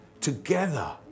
together